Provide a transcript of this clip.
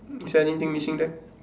is there anything missing there